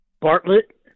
Bartlett